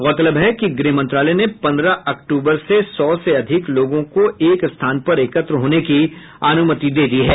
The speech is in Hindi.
गौरतलब है कि गृह मंत्रालय ने पंद्रह अक्टूबर से सौ से अधिक लोगों को एक स्थान पर एकत्र होने की अनूमति दे दी है